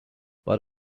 but